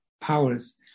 powers